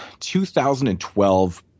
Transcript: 2012